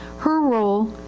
her role,